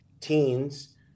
teens